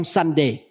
Sunday